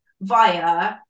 via